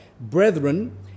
Brethren